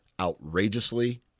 outrageously